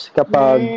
kapag